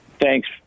Thanks